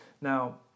Now